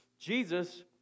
Jesus